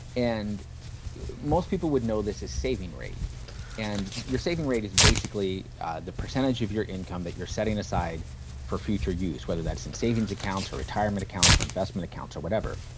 and most people would know this as saving rate and your saving rate is basically the percentage of your income that you're setting aside for future use whether that's in savings account or retirement accounts or investment accounts or whatever.